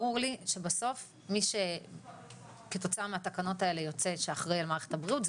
ברור לי שבסוף מי שיוצא שאחראי על מערכת הבריאות כתוצאה מהתקנות האלה,